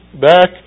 back